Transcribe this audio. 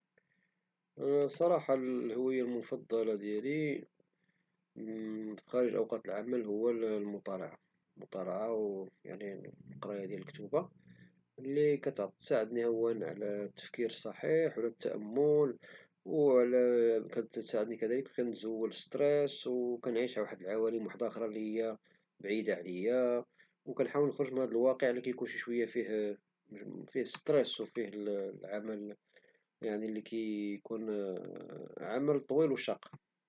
الصراحة الهوية المفضلة ديالي خارج اوقات العمل هو المطالعة، المطالعة يعني القراية ديال الكتوبا يعني كتساعدني اولا على التفكير الصحيح على التأمل او كتساعدني كذلك كنزول الستريس او كنعيش واحد العوالم واحدة خرى اللي هي بعيدة علي او كنحاول نخرج من هاد الواقع اللي كيكون شي شوية فيه الستريس او فيه العمل يعني اللي كيكون عمل طويل او شاق